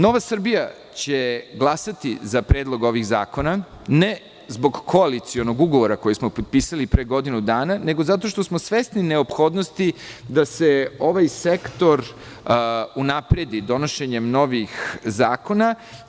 Nova Srbija će glasati za predlog ovih zakona, ne zbog koalicionog ugovora koji smo potpisali pre godinu dana, nego zato što smo svesni neophodnosti da se ovaj sektor unapredi donošenjem novih zakona.